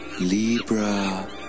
Libra